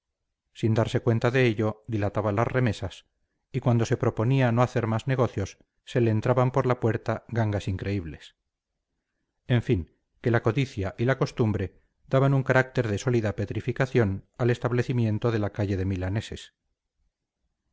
sin darse cuenta de ello dilataba las remesas y cuando se proponía no hacer más negocios se le entraban por la puerta gangas increíbles en fin que la codicia y la costumbre daban un carácter de sólida petrificación al establecimiento de la calle de milaneses